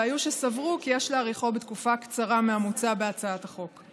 והיו שסברו כי יש להאריכו בתקופה קצרה מהמוצע בהצעת החוק.